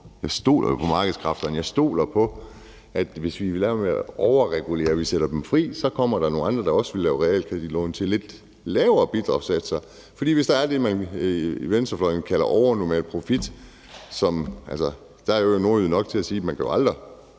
Jeg stoler jo på markedskræfterne, jeg stoler på, at hvis vi lader være med at overregulere og sætter dem fri, så kommer der nogle andre, der også vil lave realkreditlån til lidt lavere bidragssatser. For hvis der er det, man på venstrefløjen kalder overnormal profit, så er jeg jo nordjyde nok til at sige: Man kan vel aldrig have